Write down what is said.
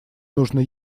нужно